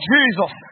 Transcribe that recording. Jesus